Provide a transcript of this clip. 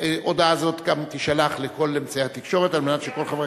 הודעה זו גם תישלח לכל אמצעי התקשורת על מנת שכל חברי,